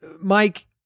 Mike